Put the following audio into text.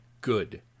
good